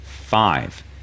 Five